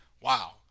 Wow